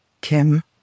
Kim